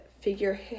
figure